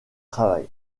travail